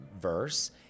verse